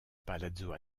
palazzo